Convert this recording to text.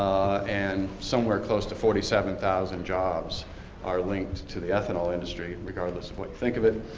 and somewhere close to forty seven thousand jobs are linked to the ethanol industry, regardless of what you think of it.